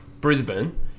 Brisbane